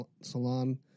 salon